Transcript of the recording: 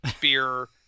Beer